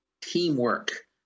teamwork